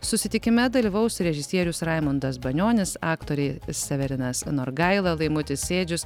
susitikime dalyvaus režisierius raimundas banionis aktoriai severinas norgaila laimutis sėdžius